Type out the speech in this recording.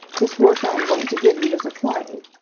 this work i am going to give you is a play.